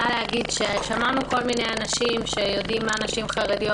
שמענו כל מיני אנשים שיודעים מה נשים חרדיות